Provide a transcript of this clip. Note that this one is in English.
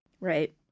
Right